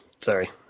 Sorry